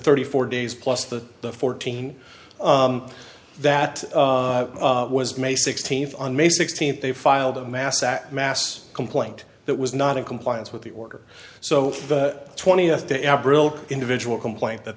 thirty four days plus the fourteen that was may sixteenth on may sixteenth they filed a mass at mass complaint that was not in compliance with the order so the twentieth to avril individual complaint that